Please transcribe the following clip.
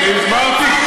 אז תורידו את החוק.